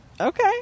Okay